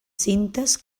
cintes